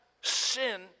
sin